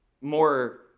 more